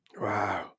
Wow